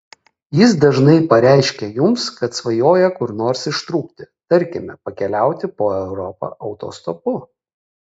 jis dažnai pareiškia jums kad svajoja kur nors ištrūkti tarkime pakeliauti po europą autostopu